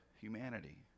humanity